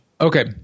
okay